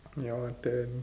your turn